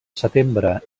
setembre